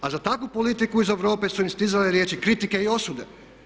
A za takvu politiku iz Europe su im stizale riječi kritike i osude.